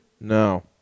No